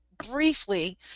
briefly